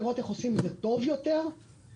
לראות איך עושים את זה טוב יותר בתיאום,